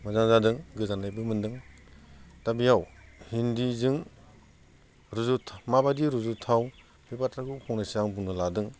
मोजां जादों गोजोननायबो मोनदों दा बेयाव हिन्दिजों रुजु माबायदि रुजुथाव बे बाथ्राखौ फंनैसो आं बुंनो लादों